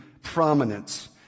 prominence